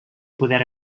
poder